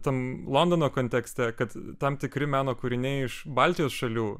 tam londono kontekste kad tam tikri meno kūriniai iš baltijos šalių